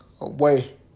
away